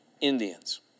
Indians